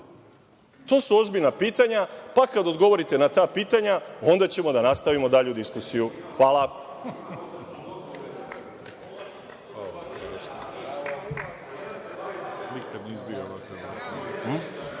su ozbiljna pitanja, pa, kad odgovorite na ta pitanja onda ćemo da nastavimo dalju diskusiju. Hvala.